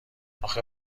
اخه